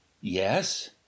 Yes